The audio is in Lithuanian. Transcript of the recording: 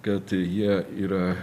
kad jie yra